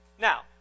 Now